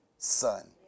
son